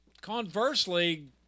Conversely